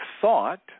thought